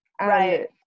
right